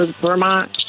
Vermont